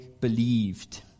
believed